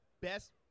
best—